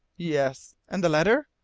yes! and the letter?